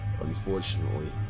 Unfortunately